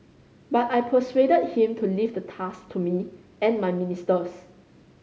but I persuaded him to leave the task to me and my ministers